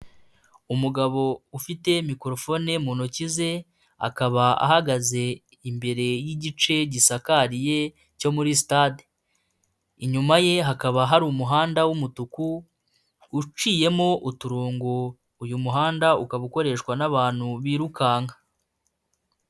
Umugabo ufite mikorofone mu ntoki ze akaba ahagaze imbere y'igice gisakariye cyo muri sitade, inyuma ye hakaba hari umuhanda w'umutuku uciyemo uturongo, uyu muhanda ukaba ukoreshwa n'abantu birukanka.